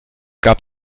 gab